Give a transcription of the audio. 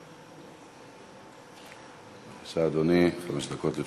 בבקשה, אדוני, חמש דקות לרשותך.